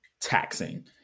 taxing